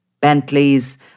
Bentleys